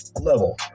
level